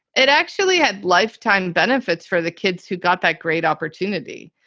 it actually had lifetime benefits for the kids who got that great opportunity.